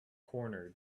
corner